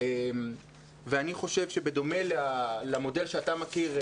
ואני חושב שבדומה למודל שאתה מכיר,